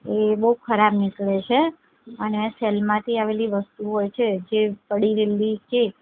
એ બહુ ખરાબ નીકળે છે અને સેલમાંથી આવેલી વસ્તુઓ હોય છે જે પડી રહેલી કે